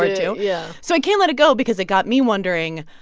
too yeah so i can't let it go because it got me wondering,